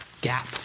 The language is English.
gap